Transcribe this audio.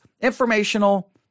informational